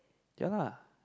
ya lah